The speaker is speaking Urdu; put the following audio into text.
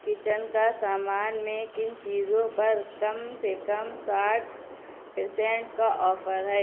کچن کا سامان میں کن چیزوں پر کم سے کم ساٹھ پرسنٹ کا آفر ہے